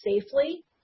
safely